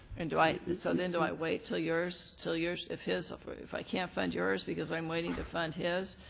and do i so then do i wait till yours till yours if his if if i can't fund yours because i'm waiting to fund his,